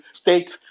states